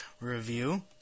review